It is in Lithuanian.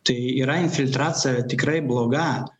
tai yra infiltracija tikrai bloga